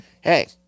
hey